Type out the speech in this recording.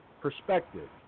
perspective